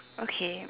okay